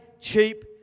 cheap